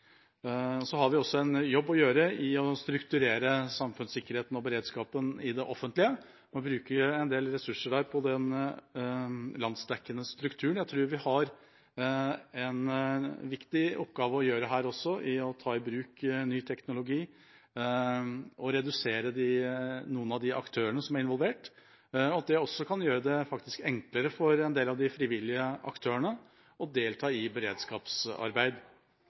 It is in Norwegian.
Så har vi også en jobb å gjøre med å strukturere samfunnssikkerheten og beredskapen i det offentlige. Man bruker der en del ressurser på den landsdekkende strukturen. Jeg tror vi har en viktig oppgave å gjøre her også med å ta i bruk ny teknologi og å redusere antallet aktører som er involvert. Det kan faktisk også gjøre det enklere for en del av de frivillige aktørene å delta i beredskapsarbeid.